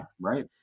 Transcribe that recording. Right